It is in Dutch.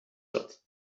zat